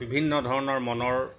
বিভিন্ন ধৰণৰ মনৰ